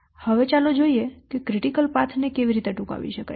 તો હવે ચાલો જોઈએ કે ક્રિટિકલ પાથ ને કેવી રીતે ટૂંકાવી શકાય